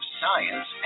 science